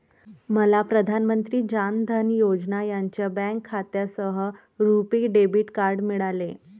मला प्रधान मंत्री जान धन योजना यांच्या बँक खात्यासह रुपी डेबिट कार्ड मिळाले